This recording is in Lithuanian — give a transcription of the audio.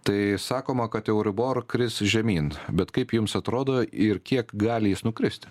tai sakoma kad euribor kris žemyn bet kaip jums atrodo ir kiek gali jis nukristi